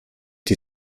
die